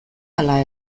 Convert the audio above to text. ala